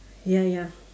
ya ya